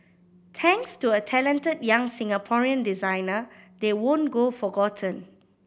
thanks to a talented young Singaporean designer they won't go forgotten